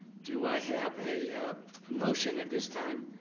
do i have a motion at this time